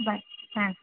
bye thanks